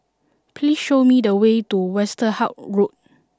please show me the way to Westerhout Road